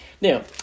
Now